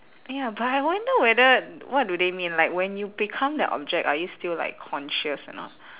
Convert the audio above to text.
ya but I wonder whether what do they mean like when you become the object are you still like conscious or not